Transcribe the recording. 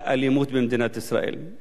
ואני לא מכליל בשום פנים ואופן,